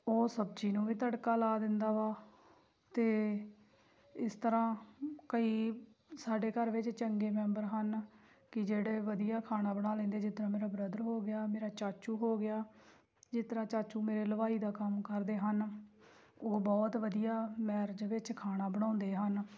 ਉਹ ਸਬਜ਼ੀ ਨੂੰ ਵੀ ਤੜਕਾ ਲਾ ਲੈਂਦਾ ਵਾ ਅਤੇ ਇਸ ਤਰ੍ਹਾਂ ਕਈ ਸਾਡੇ ਘਰ ਵਿੱਚ ਚੰਗੇ ਮੈਂਬਰ ਹਨ ਕਿ ਜਿਹੜੇ ਵਧੀਆ ਖਾਣਾ ਬਣਾ ਲੈਂਦੇ ਜਿਸ ਤਰ੍ਹਾਂ ਮੇਰਾ ਬ੍ਰਦਰ ਹੋ ਗਿਆ ਮੇਰਾ ਚਾਚੂ ਹੋ ਗਿਆ ਜਿਸ ਤਰ੍ਹਾਂ ਚਾਚੂ ਮੇਰੇ ਹਲਵਾਈ ਦਾ ਕੰਮ ਕਰਦੇ ਹਨ ਉਹ ਬਹੁਤ ਵਧੀਆ ਮੈਰਿਜ ਵਿੱਚ ਖਾਣਾ ਬਣਾਉਂਦੇ ਹਨ